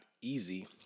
easy